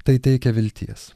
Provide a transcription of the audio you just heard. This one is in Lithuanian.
tai teikia vilties